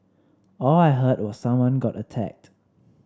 all I heard was someone got attacked